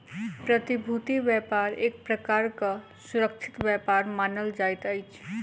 प्रतिभूति व्यापार एक प्रकारक सुरक्षित व्यापार मानल जाइत अछि